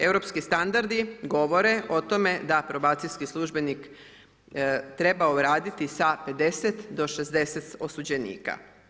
Europski standardi govore o tome da probacijski službenik treba raditi sa 50-60 osuđenika.